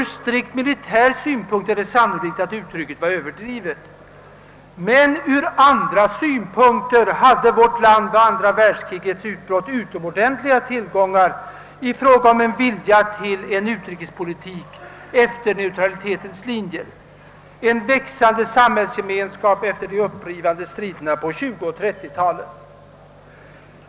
Ur strikt militär synpunkt är det sannolikt att formuleringen 1939 var överdriven, men ur andra synpunkter hade vårt land vid andra världskrigets utbrott utomordentliga tillgångar, t.ex. när det gällde viljan att föra en utrikespolitik efter neutralitetens linjer och en växande samhällsgemenskap efter de upprivande striderna på 1920 och 1930-talet.